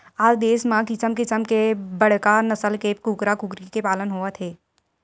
आज देस म किसम किसम के बड़का नसल के कूकरा कुकरी के पालन होवत हे